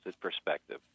perspective